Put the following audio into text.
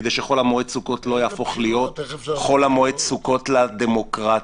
כדי שחול המועד סוכות לא יהפוך חול המועד סוכות לדמוקרטיה,